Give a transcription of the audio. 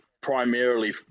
primarily